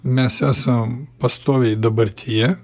mes esam pastoviai dabartyje